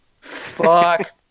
Fuck